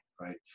right